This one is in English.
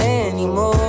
anymore